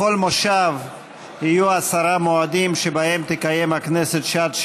בכל מושב יהיו עשרה מועדים שבהם תקיים הכנסת שעת שאלות,